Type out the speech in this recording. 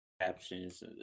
captions